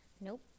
Nope